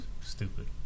stupid